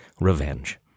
revenge